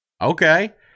Okay